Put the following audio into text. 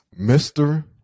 Mr